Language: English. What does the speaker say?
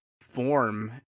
form